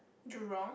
Jurong